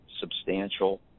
substantial